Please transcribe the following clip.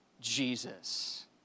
Jesus